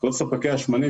כל ספקי השמנים,